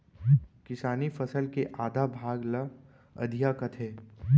किसानी फसल के आधा भाग ल अधिया कथें